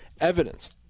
evidence